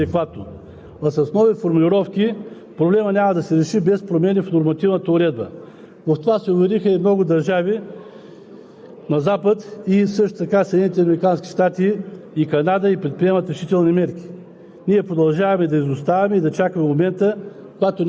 пожелаха да служат в нея. Така че нещата са извън контрола на правителството и обществото не ги приема адекватно. А с нови формулировки проблемът няма да се реши без промени в нормативната уредба. В това се увериха и много държави